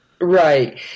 Right